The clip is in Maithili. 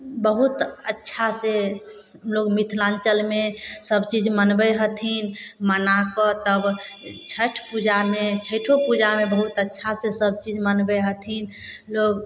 बहुत अच्छा से लोग मिथलाञ्चलमे सब चीज मनबै हथिन मनाकऽ तब छैठो पूजामे बहुत अच्छा से सब चीज मनबै हथिन लोग